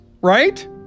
right